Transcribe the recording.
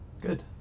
Good